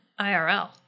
IRL